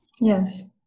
Yes